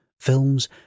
films